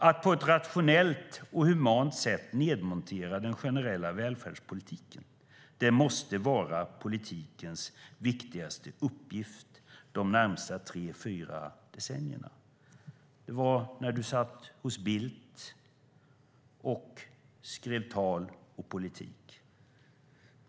Att på ett rationellt och humant sätt nedmontera den generella välfärdspolitiken måste vara politikens viktigaste uppgift de närmaste tre fyra decennierna. Det var när du satt hos Bildt och skrev tal och politik.